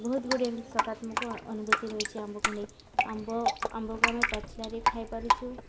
ବହୁତ ଗୁଡ଼ିଏ ସକାରାତ୍ମକ ଅନୁଭୂତି ରହିଛି ଆମ୍ବକୁ ନେଇ ଆମ୍ବ ଆମ୍ବକୁ ଆମେ ପାଚିଲାରେ ଖାଇପାରୁଛୁ